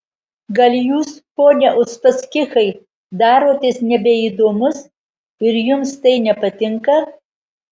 gal jūs pone uspaskichai darotės nebeįdomus ir jums tai nepatinka